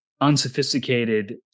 unsophisticated